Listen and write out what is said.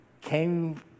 came